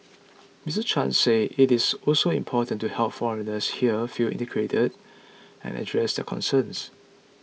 Mister Chan said it is also important to help foreigners here feel integrated and address their concerns